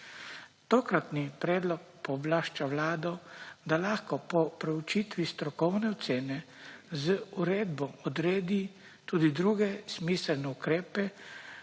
Tokratni predlog pooblašča vlado, da lahko po proučitvi strokovne ocene z uredbo odredi tudi druge smiselne ukrepe,